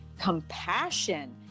compassion